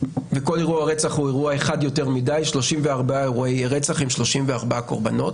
וכל אירוע רצח הוא אירוע אחד יותר מדי 34 אירועי רצח עם 34 קורבנות.